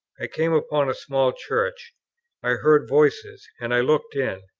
i came upon a small church i heard voices, and i looked in.